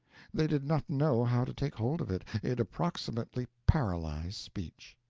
they did not know how to take hold of it, it approximately paralyzed speech.